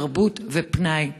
תרבות ופנאי?